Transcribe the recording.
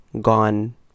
gone